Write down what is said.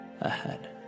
ahead